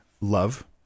love